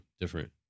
different